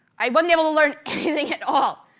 i wasn't able to learn anything at all.